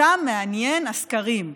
אותה מעניינים הסקרים.